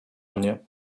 mnie